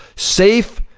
safe,